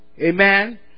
Amen